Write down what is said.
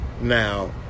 Now